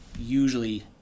usually